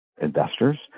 investors